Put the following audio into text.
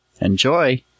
Enjoy